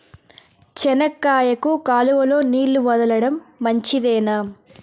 చెనక్కాయకు కాలువలో నీళ్లు వదలడం మంచిదేనా?